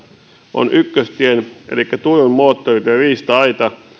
on ykköstien elikkä turun moottoritien riista aita